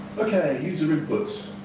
ok. user input. a